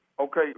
Okay